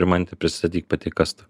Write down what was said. rimante prisistatyk pati kas tu